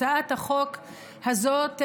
הצעת החוק הזאת,